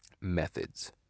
Methods